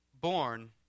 born